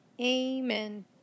Amen